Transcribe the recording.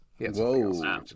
Whoa